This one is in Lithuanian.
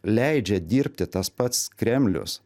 leidžia dirbti tas pats kremlius